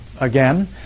Again